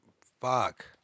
fuck